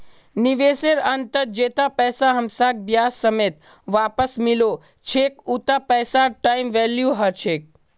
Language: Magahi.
निवेशेर अंतत जैता पैसा हमसाक ब्याज समेत वापस मिलो छेक उता पैसार टाइम वैल्यू ह छेक